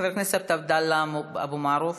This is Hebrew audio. חבר הכנסת עבדאללה אבו מערוף,